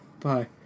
Bye